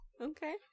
Okay